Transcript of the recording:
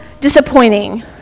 disappointing